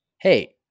hey